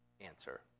answer